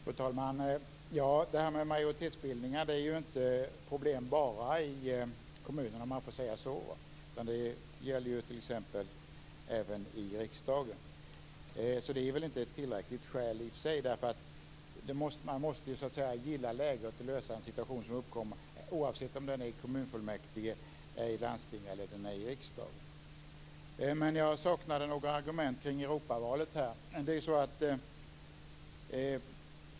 Fru talman! Detta med majoritetsbildningar är ju inte ett problem bara i kommunerna utan också i riksdagen, så det är väl i och för sig inte ett tillräckligt skäl. Man måste ju så att säga gilla läget och komma till rätta med den situation som uppkommer, oavsett om det är i kommunfullmäktige, landsting eller riksdagen. Jag saknade några argument kring Europavalet.